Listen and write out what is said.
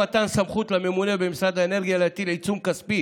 מתן סמכות לממונה במשרד האנרגיה להטיל עיצום כספי